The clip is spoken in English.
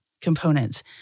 components